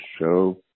show